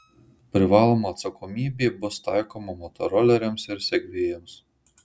privaloma atsakomybė bus taikoma motoroleriams ir segvėjams